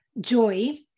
joy